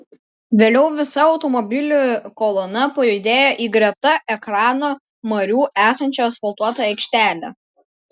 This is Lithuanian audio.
vėliau visa automobilių kolona pajudėjo į greta ekrano marių esančią asfaltuotą aikštelę